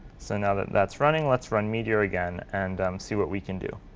so now that that's running, let's run meteor again and see what we can do.